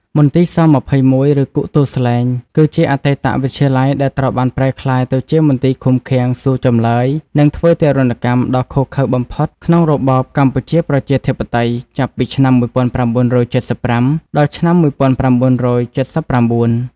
មន្ទីរស-២១ ឬគុកទួលស្លែង គឺជាអតីតវិទ្យាល័យដែលត្រូវបានប្រែក្លាយទៅជាមន្ទីរឃុំឃាំង សួរចម្លើយ និងធ្វើទារុណកម្មដ៏ឃោរឃៅបំផុតក្នុងរបបកម្ពុជាប្រជាធិបតេយ្យ ចាប់ពីឆ្នាំ១៩៧៥ ដល់ឆ្នាំ១៩៧៩។